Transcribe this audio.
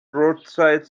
roadside